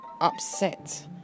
upset